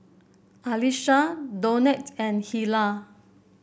Alisha Donat and Hilah